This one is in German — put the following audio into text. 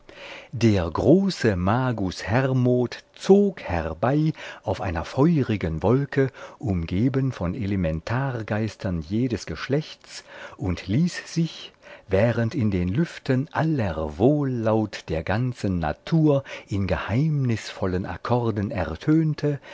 der große magus hermod zog herbei auf einer feurigen wolke umgeben von elementargeistern jedes geschlechts und ließ sich während in den lüften aller wohllaut der ganzen natur in geheimnisvollen akkorden